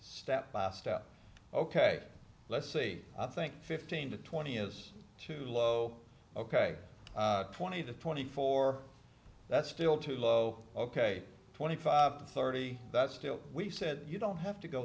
step by step ok let's see i think fifteen to twenty is too low ok twenty to twenty four that's still too low ok twenty five thirty that's still we said you don't have to go